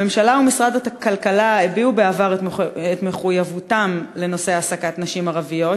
הממשלה ומשרד הכלכלה הביעו בעבר את מחויבותם לנושא העסקת נשים ערביות,